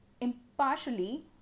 impartially